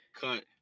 cut